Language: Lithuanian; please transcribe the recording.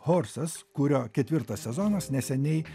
horsas kurio ketvirtas sezonas neseniai